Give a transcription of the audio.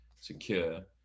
secure